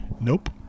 Nope